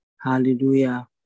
Hallelujah